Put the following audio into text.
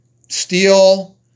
Steel